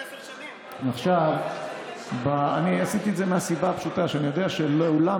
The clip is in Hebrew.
אני עשיתי את זה מהסיבה הפשוטה שאני יודע שלעולם